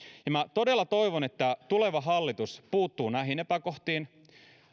minä todella toivon että tuleva hallitus puuttuu näihin epäkohtiin